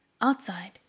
Outside